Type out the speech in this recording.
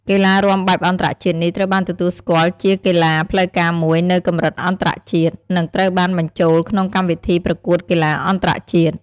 កីឡារាំបែបអន្តរជាតិនេះត្រូវបានទទួលស្គាល់ជាកីឡាផ្លូវការមួយនៅកម្រិតអន្តរជាតិ និងត្រូវបានបញ្ចូលក្នុងកម្មវិធីប្រកួតកីឡាអន្តរជាតិ។